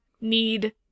need